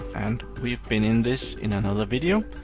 and we've been in this in another video,